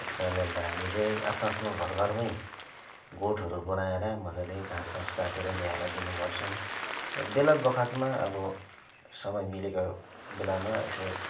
त्यस कारणले अन्त हामी चाहिँ आफ्नो आफ्नो घर घरमै गोठहरू बनाएर मजाले घाँस सास काटेर ल्याएर दिने गर्छौँ र बेला बखतमा अब समय मिलेको बेलामा यसो